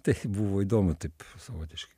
tai buvo įdomu taip savotišk